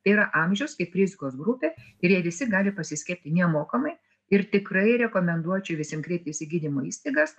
tai yra amžius kaip rizikos grupė ir jie visi gali pasiskiepyt nemokamai ir tikrai rekomenduočiau visiem kreiptis į gydymo įstaigas